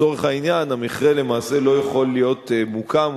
לצורך העניין המכרה למעשה לא יכול להיות מוקם